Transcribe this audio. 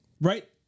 right